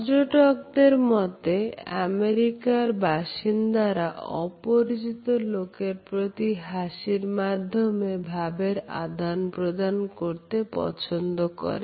পর্যটকদের মতে আমেরিকার বাসিন্দারা অপরিচিত লোকের প্রতি হাসির মাধ্যমে ভাবের আদান প্রদান করতে পছন্দ করে